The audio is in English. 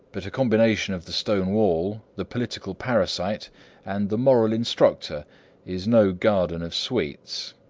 but a combination of the stone wall, the political parasite and the moral instructor is no garden of sweets.